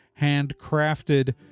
handcrafted